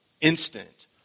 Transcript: instant